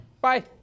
Bye